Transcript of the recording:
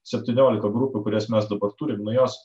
septyniolika grupių kurias mes dabar turim nu jos